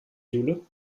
jule